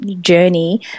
journey